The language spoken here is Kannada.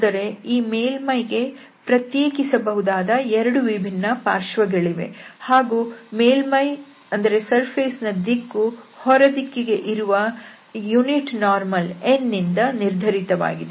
ಅಂದರೆ ಈ ಮೇಲ್ಮೈಗೆ ಪ್ರತ್ಯೇಕಿಸಬಹುದಾದ 2 ವಿಭಿನ್ನ ಪಾರ್ಶ್ವಗಳಿವೆ ಹಾಗೂ ಮೇಲ್ಮೈಯ ದಿಕ್ಕು ಹೊರ ದಿಕ್ಕಿಗೆ ಇರುವ ಏಕಾಂಶ ಲಂಬ n ನಿಂದ ನಿರ್ಧರಿತ ವಾಗಿದೆ